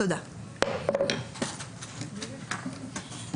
(הישיבה נפסקה בשעה 12:38 ונתחדשה בשעה 13:29.)